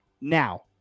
Now